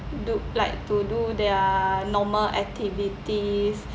do like to do their normal activities